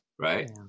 right